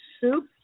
soup